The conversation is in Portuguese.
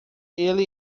ele